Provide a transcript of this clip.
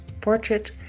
portrait